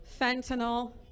fentanyl